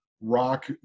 rock